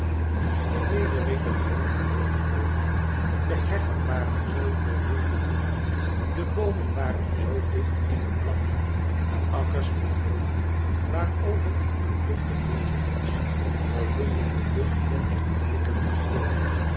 de leeuweriken zongen zoo vroolijk de heggen waren zoo vol wilde bloemen de boomen waren zoo dicht in het blad de akkers met boonen waarover een luchtig windje blies vervulden de lucht met een verkwikkelijken geur